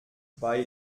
bei